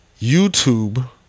YouTube